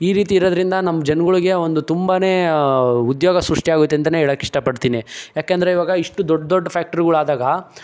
ಈ ರೀತಿ ಇರೋದ್ರಿಂದ ನಮ್ಮ ಜನಗಳಿಗೆ ಒಂದು ತುಂಬನೇ ಉದ್ಯೋಗ ಸೃಷ್ಟಿಯಾಗುತ್ತೆ ಅಂತಲೇ ಹೇಳೋಕ್ಕೆ ಇಷ್ಟಪಡ್ತೀನಿ ಯಾಕೆಂದರೆ ಈವಾಗ ಇಷ್ಟು ದೊಡ್ಡ ದೊಡ್ಡ ಫ್ಯಾಕ್ಟ್ರಿಗಳಾದಾಗ